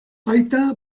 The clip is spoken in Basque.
aita